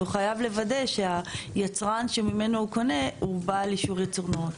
הוא חייב לוודא שהיצרן שממנו הוא קונה הוא בעל אישור ייצור נאות.